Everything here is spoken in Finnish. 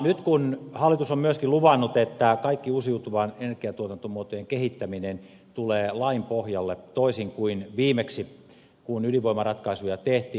nyt hallitus on myöskin luvannut että kaikki uusiutuvien energiatuotantomuotojen kehittäminen tulee lain pohjalle toisin kuin viimeksi kun ydinvoimaratkaisuja tehtiin